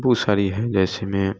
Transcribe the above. बहुत सारी है जैसे में